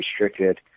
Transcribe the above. restricted